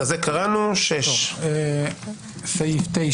6. סעיף 9,